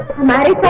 matter